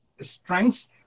strengths